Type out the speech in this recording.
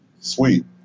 Sweet